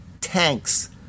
tanks